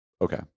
okay